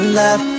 love